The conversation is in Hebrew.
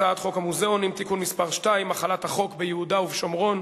הצעת חוק המוזיאונים (תיקון מס' 2) (החלת החוק ביהודה והשומרון),